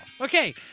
Okay